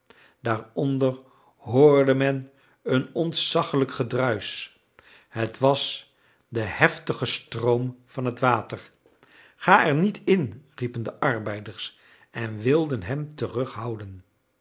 daaronder hoorde men een onzaglijk gedruisch het was de heftige stroom van het water ga er niet in riepen de arbeiders en wilden hem terughouden